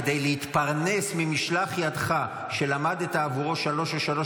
כדי להתפרנס ממשלוח ידך שלמדת עבורו שלוש או שלוש